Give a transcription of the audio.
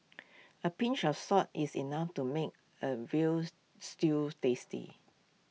A pinch of salt is enough to make A Veal Stew tasty